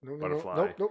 butterfly